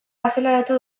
azaleratu